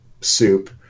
soup